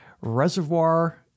reservoir